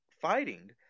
fighting